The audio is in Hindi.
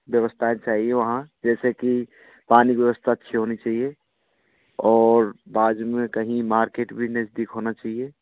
व्यवस्थाएँ चाहिए वहाँ जैसे कि पानी व्यवस्था अच्छी होनी चाहिए और बाद में कहीं मार्केट भी नज़दीक होना चाहिए